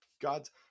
god's